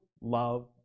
love